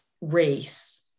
race